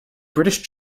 british